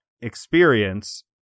experience